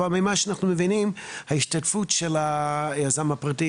אבל ממה שאנחנו מבינים ההשתתפות של היזם הפרטי